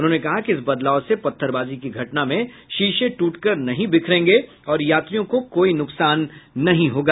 उन्होंने कहा कि इस बदलाव से पत्थरबाजी की घटना में शीशे टूटकर नहीं बिखरेंगे और यात्रियों को कोई नुकसान नहीं होगा